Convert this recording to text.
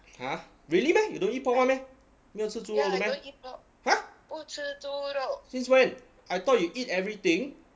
!huh! really meh you don't eat pork [one] meh 没有吃猪肉的 meh !huh! since when I thought you eat everything